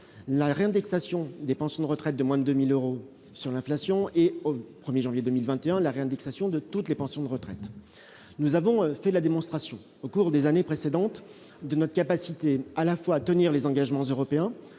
la réindexation des pensions de retraite de moins de 1000 euros sur l'inflation et au 1er janvier 2021 la réindexation de toutes les pensions de retraite, nous avons fait la démonstration au cours des années précédentes, de notre capacité à la fois à tenir les engagements européens,